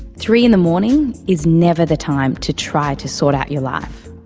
three in the morning is never the time to try to sort out your life.